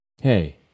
hey